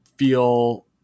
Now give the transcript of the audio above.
feel